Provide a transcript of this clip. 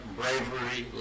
bravery